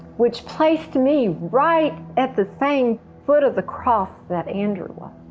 which placed me right at the same foot of the cross that andrew was.